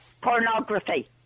pornography